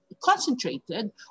concentrated